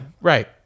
right